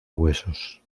huesos